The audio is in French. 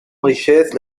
richesse